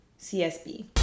CSB